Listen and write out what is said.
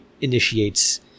initiates